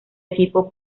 equipo